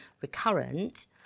recurrent